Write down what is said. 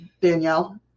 Danielle